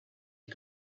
you